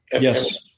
Yes